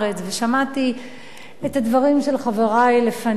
שמעתי את הדברים של חברי לפני.